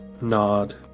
nod